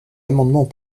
amendements